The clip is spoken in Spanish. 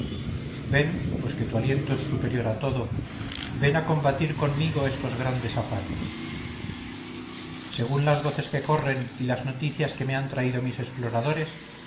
ven pues que tu aliento es superior a todo ven a compartir conmigo estos grandes afanes según las voces que corren y las noticias que me han traído mis exploradores